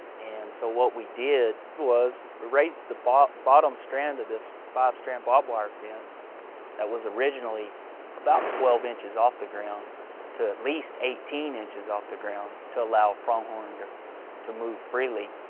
and so what we did was we raised the bottom bottom strand of this five-strand barbed wire fence that was originally about twelve inches off the ground to at least eighteen inches off the ground to allow pronghorn to move freely.